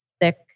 thick